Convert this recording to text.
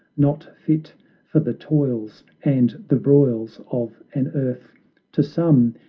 not fit for the toils and the broils of an earth to some,